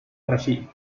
rashid